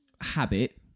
habit